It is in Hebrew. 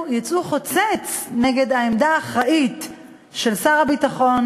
יצאו חוצץ נגד העמדה האחראית של שר הביטחון,